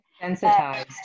Sensitized